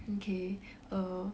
okay err